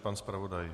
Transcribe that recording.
Pan zpravodaj.